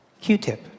Q-Tip